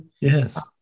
Yes